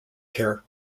care